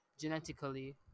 genetically